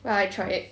well I tried